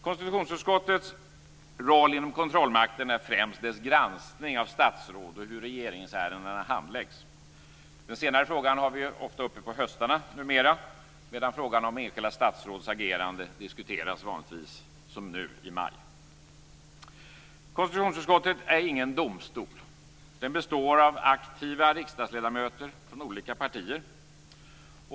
Konstitutionsutskottets roll inom kontrollmakten är främst dess granskning av statsråd och hur regeringsärendena handläggs. Den senare frågan har vi ofta uppe på höstarna numera, medan frågan om enskilda statsråds agerande vanligtvis diskuteras som nu, i maj. Konstitutionsutskottet är ingen domstol. Den består av aktiva riksdagsledamöter från olika partier.